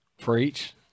preach